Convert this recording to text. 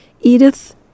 Edith